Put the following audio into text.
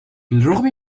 بالرغم